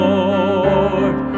Lord